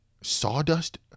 sawdust